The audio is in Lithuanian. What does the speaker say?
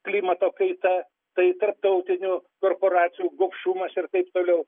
klimato kaita tai tarptautinių korporacijų gobšumas ir taip toliau